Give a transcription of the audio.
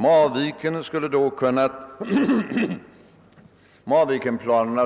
Marvikenplanerna